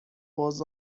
was